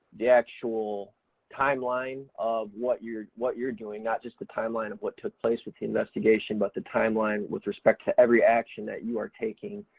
the actual timeline of what you're, what you're doing, not just the timeline of what took place with the investigation but the timeline with respect to every action that you are taking,